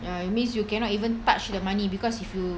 uh means you cannot even touch the money because if you